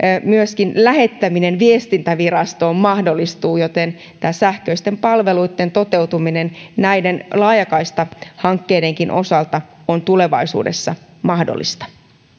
lähettäminen viestintävirastoon mahdollistuu joten tämä sähköisten palveluitten toteutuminen näiden laajakaistahankkeidenkin osalta on tulevaisuudessa mahdollista